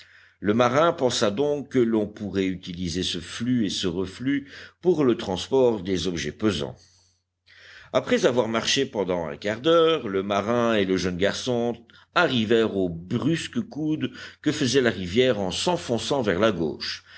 le marin pensa donc que l'on pourrait utiliser ce flux et ce reflux pour le transport des objets pesants après avoir marché pendant un quart d'heure le marin et le jeune garçon arrivèrent au brusque coude que faisait la rivière en s'enfonçant vers la gauche